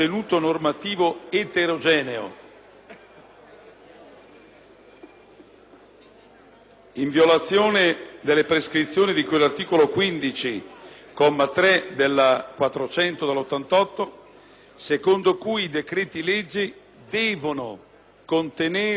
in violazione delle prescrizioni di cui all'articolo 15, comma 3, della legge n. 400 del 1988, secondo cui i decreti-legge devono contenere misure di immediata applicazione